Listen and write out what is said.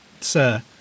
Sir